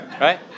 Right